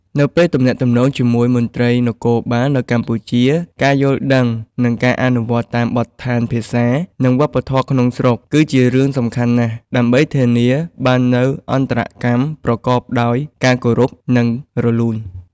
នៅពេលទំនាក់ទំនងជាមួយមន្ត្រីនគរបាលនៅកម្ពុជា ការយល់ដឹង និងការអនុវត្តតាមបទដ្ឋានភាសា និងវប្បធម៌ក្នុងស្រុក គឺជារឿងសំខាន់ណាស់ ដើម្បីធានាបាននូវអន្តរកម្មប្រកបដោយការគោរព និងរលូន។